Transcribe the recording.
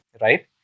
Right